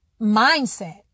mindset